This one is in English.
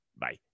bye